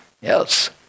Yes